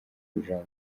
kuja